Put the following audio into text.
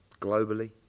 Globally